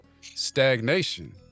stagnation